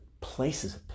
places